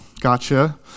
gotcha